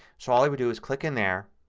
so all i would do is click in there,